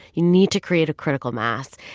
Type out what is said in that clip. you need to create a critical mass.